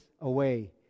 away